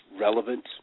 relevant